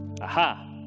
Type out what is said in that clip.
Aha